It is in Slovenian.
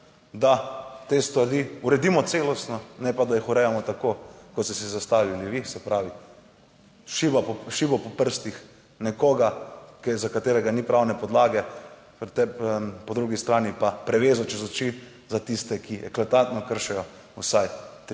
da te stvari uredimo celostno, ne pa da jih urejamo tako, kot ste si zastavili vi, se pravi, šiba šiba po prstih nekoga, za katerega ni pravne podlage pri tebi, po drugi strani pa prevezo čez oči za tiste, ki eklatantno kršijo vsaj tri